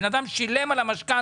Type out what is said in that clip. בן אדם שילם על המשכנתה,